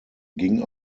ging